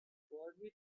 forget